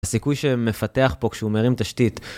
הסיכוי שמפתח פה כשהוא מרים תשתית...